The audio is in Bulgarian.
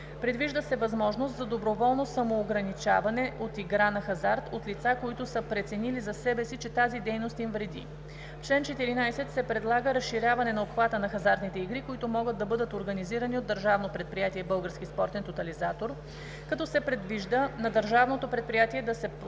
Предвижда се възможност за доброволно самоограничаване от игра на хазарт от лица, които са преценили за себе си, че тази дейност им вреди. В чл. 14 се предлага разширяване на обхвата на хазартните игри, които могат да бъдат организирани от Държавно предприятие „Български спортен